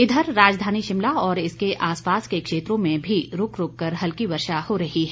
इधर राजधानी शिमला और इसके आसपास के क्षेत्रों में भी रुक रुक कर हल्की वर्षा हो रही है